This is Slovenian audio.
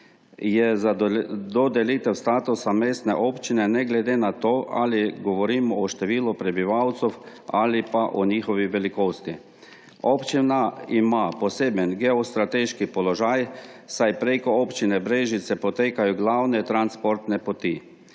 za dodelitev statusa mestne občine, ne glede na to, ali govorim o številu prebivalcev ali o njihovi velikosti. Občina ima poseben geostrateški položaj, saj preko Občine Brežice potekajo glavne transportne poti.